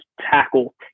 tackle